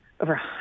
over